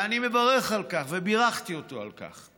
ואני מברך על כך ובירכתי אותו על כך.